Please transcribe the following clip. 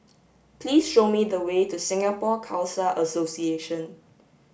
please show me the way to Singapore Khalsa Association